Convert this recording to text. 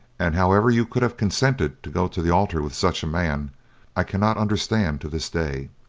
and however you could have consented to go to the altar with such a man i cannot understand to this day.